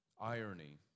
irony